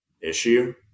issue